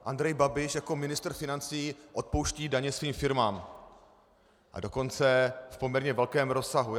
Andrej Babiš jako ministr financí odpouští daně svým firmám, a dokonce v poměrně velkém rozsahu.